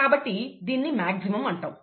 కాబట్టి దీనిని మ్యాగ్జిమం అంటాము